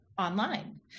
online